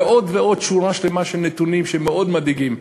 ויש עוד ועוד, שורה שלמה של נתונים מאוד מדאיגים.